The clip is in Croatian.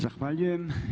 Zahvaljujem.